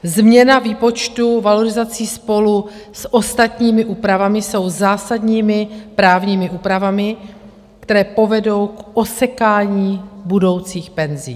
Změna výpočtu valorizací spolu s ostatními úpravami jsou zásadními právními úpravami, které povedou k osekání budoucích penzí.